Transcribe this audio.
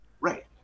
Right